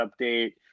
update